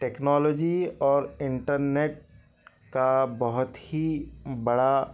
technology اور internet کا بہت ہی بڑا